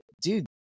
dude